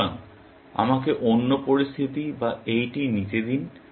সুতরাং আমাকে অন্য পরিস্থিতি বা এইটি নিতে দিন